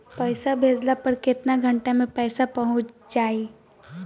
पैसा भेजला पर केतना घंटा मे पैसा चहुंप जाई?